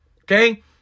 Okay